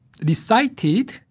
recited